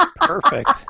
Perfect